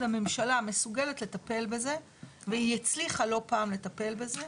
הממשלה מסוגלת לטפל בזה והיא הצליחה לא פעם לטפל בזה,